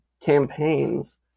campaigns